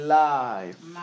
life